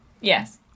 Yes